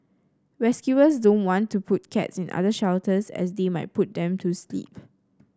rescuers don't want to put cats in other shelters as they might put them to sleep